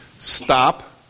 Stop